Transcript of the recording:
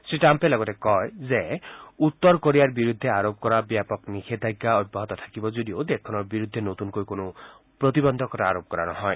শ্ৰীট্টাম্পে লগতে কয় যে উত্তৰ কোৰিয়াৰ বিৰুদ্ধে আৰোপ কৰা ব্যপক নিষেধাজ্ঞা অব্যাহত থাকিব যদিও দেশখনৰ বিৰুদ্ধে নতুনকৈ কোনো প্ৰতিবন্ধকতা আৰোপ কৰা নহয়